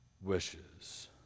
wishes